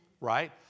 right